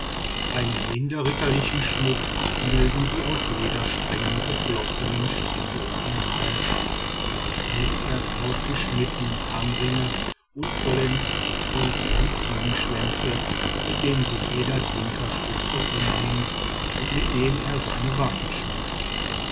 einen minder ritterlichen schmuck bilden die aus ledersträngen geflochtenen stricke um den hals die aus nilpferdhaut geschnittenen armringe und vollends die kuh und ziegenschwänze mit denen sich jeder dinkastutzer umhängt und mit denen er seine waffen schmückt